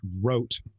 wrote